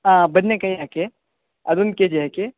ಹಾಂ ಬದನೆಕಾಯಿ ಹಾಕಿ ಅದೊಂದು ಕೆ ಜಿ ಹಾಕಿ